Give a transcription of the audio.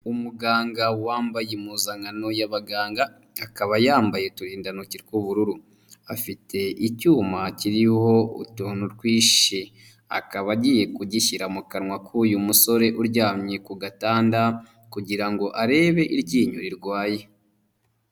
Umuganga wambaye impuzankano y'abaganga akaba yambaye uturindantoki tw'ubururu, afite icyuma kiriho utuntu twinshi, akaba agiye kugishyira mu kanwa k'uyu musore uryamye ku gatanda kugira ngo arebe iryinyo rirwaye.